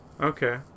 Okay